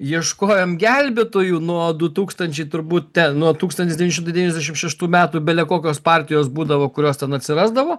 ieškojom gelbėtojų nuo du tūkstančiai turbūt ten nuo tūkstantis devyni šimtai devyniasdešim šeštų metų bele kokios partijos būdavo kurios ten atsirasdavo